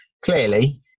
Clearly